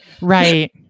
Right